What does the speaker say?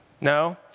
No